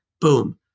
boom